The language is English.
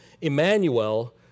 Emmanuel